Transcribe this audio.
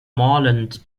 moreland